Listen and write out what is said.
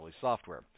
software